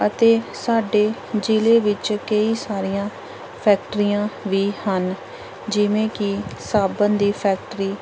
ਅਤੇ ਸਾਡੇ ਜ਼ਿਲ੍ਹੇ ਵਿੱਚ ਕਈ ਸਾਰੀਆਂ ਫੈਕਟਰੀਆਂ ਵੀ ਹਨ ਜਿਵੇਂ ਕਿ ਸਾਬਣ ਦੀ ਫੈਕਟਰੀ